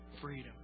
freedom